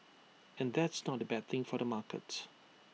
and that's not A bad thing for the market